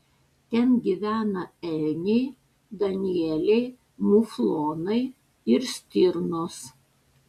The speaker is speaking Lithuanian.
ten gyvena elniai danieliai muflonai ir stirnos